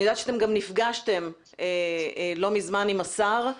אני יודעת שגם נפגשתם לא מזמן עם השר.